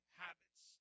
habits